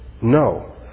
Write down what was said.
No